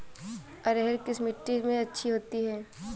अरहर किस मिट्टी में अच्छी होती है?